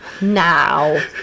Now